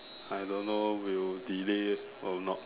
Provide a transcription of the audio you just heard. I don't know will delay or not